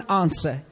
answer